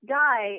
guy